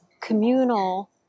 communal